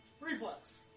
Reflex